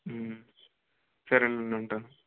సరేనండి ఉంటాను